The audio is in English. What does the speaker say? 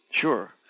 Sure